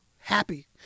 happy